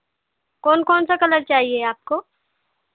कौन कौन सा कलर चाहिए आपको